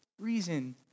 reason